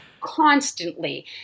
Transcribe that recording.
constantly